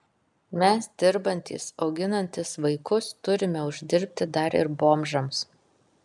mes dirbantys auginantys vaikus turime uždirbti dar ir bomžams